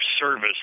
service